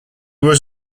was